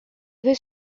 was